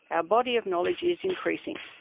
our body of knowledge is increasing.